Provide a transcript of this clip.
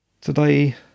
Today